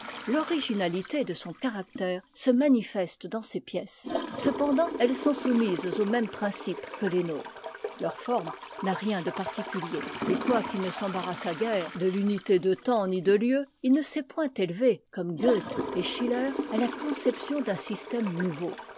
l'originalité de son caractère se manifeste dans ses pièces cependant elles sont soumises aux mêmes principes que les nôtres leur forme n'a rien de particulier et quoiqu'il ne s'embarrassât guère de tunité de temps ni de lieu il ne s'est point élevé comme goethe et schiller à la conception d'un système nouveau